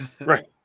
Right